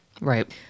Right